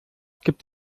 gibt